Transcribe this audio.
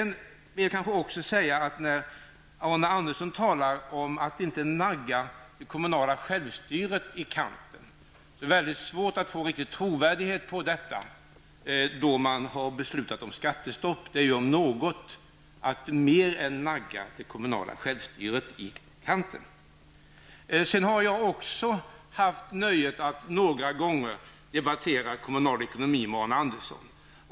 När Arne Andersson i Gamleby talar om att inte nagga det kommunala självstyret i kanten, är det mycket svårt att få någon trovärdighet i detta, eftersom man beslutat om skattestopp. Det om något är att nagga det kommunala självstyret i kanten. Jag har några gånger haft det nöjet att debattera kommunal ekonomi med Arne Andersson i Gamleby.